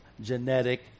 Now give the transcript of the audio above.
genetic